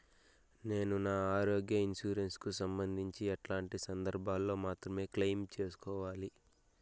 నేను నా ఆరోగ్య ఇన్సూరెన్సు కు సంబంధించి ఎట్లాంటి సందర్భాల్లో మాత్రమే క్లెయిమ్ సేసుకోవాలి?